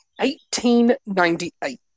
1898